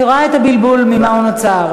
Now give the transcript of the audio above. אני רואה את הבלבול, ממה הוא נוצר: